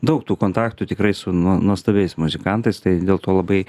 daug tų kontaktų tikrai su nuo nuostabiais muzikantais tai dėl to labai